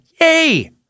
Yay